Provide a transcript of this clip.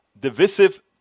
divisive